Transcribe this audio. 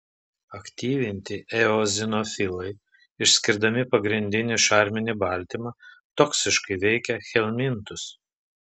aktyvinti eozinofilai išskirdami pagrindinį šarminį baltymą toksiškai veikia helmintus